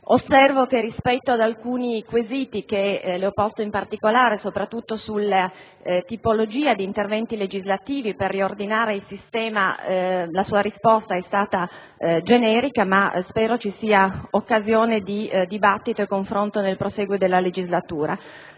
Osservo che rispetto ad alcuni quesiti che le ho posto, in particolare sulla tipologia di interventi legislativi per riordinare il sistema, la sua risposta è stata generica, ma spero ci sia occasione di dibattito e di confronto nel prosieguo della legislatura.